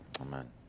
Amen